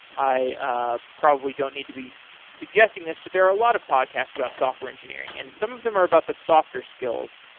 i ah probably don't need to be suggesting this, but there a lot of podcast that software engineering and some of them are about the software skills.